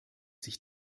sich